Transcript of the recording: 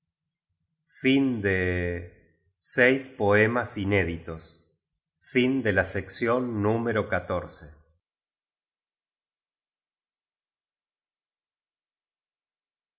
seis poemas inéditos